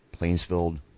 Plainsfield